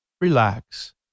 Relax